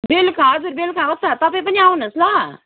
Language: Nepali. बेलुका हजुर बेलुका हो त तपाईँ पनि आउनुहोस् ल